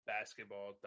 basketball